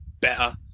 better